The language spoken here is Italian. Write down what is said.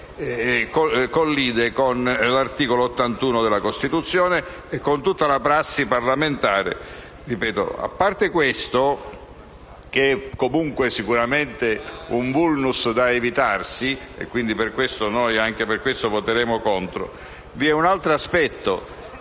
collide con l'articolo 81 della Costituzione e con tutta la prassi parlamentare. A parte questo, che è comunque sicuramente un *vulnus* da evitarsi (e quindi anche per questo voteremo contro) vi è un altro aspetto